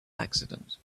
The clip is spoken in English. accident